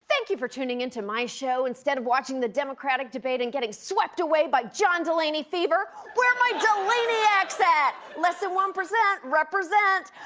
thank you for tuning into my show instead of watching the democratic debate and getting swept away by john delaney fever. where my delaniacs at? less than one percent represent!